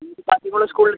green hills public school